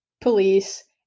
police